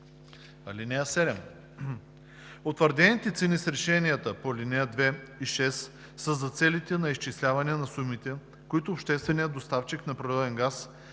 2. (7) Утвърдените цени с решенията по ал. 2 и 6 са за целите на изчисляване на сумите, които общественият доставчик на природен газ,